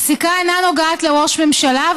הפסיקה אינה נוגעת לראש ממשלה,